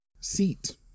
seat